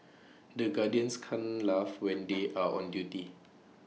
the can't laugh when they are on duty